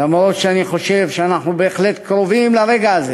למרות שאני חושב שאנחנו בהחלט קרובים לרגע הזה.